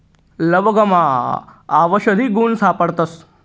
लवंगमा आवषधी गुण सापडतस